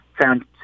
Found